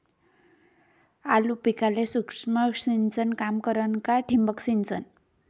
आलू पिकाले सूक्ष्म सिंचन काम करन का ठिबक सिंचन?